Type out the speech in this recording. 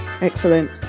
Excellent